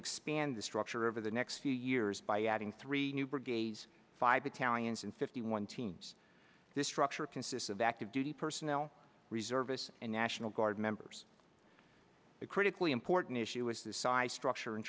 expand the structure of the next few years by adding three new brigades five italians and fifty one teams this structure consists of active duty personnel reservists and national guard members the critically important issue is the size structure and